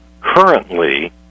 Currently